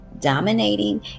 dominating